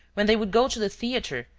when they would go to the theatre,